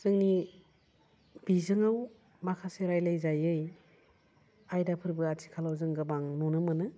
जोंनि बिजोङाव माखासे रायलायजायै आयदाफोरबो आथिखालाव जों गोबां नुनो मोनो